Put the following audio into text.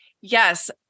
Yes